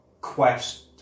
quest